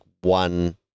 one